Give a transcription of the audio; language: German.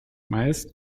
meist